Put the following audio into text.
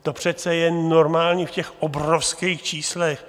To přece je normální v těch obrovských číslech.